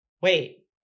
wait